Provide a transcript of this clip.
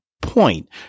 point